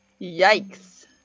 Yikes